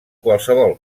qualsevol